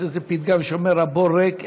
יש איזה פתגם שאומר: הבור ריק,